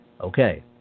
okay